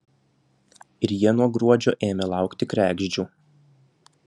ir jie nuo gruodžio ėmė laukti kregždžių